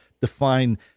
define